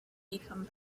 become